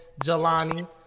Jelani